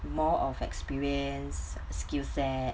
more of experience skill set